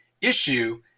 issue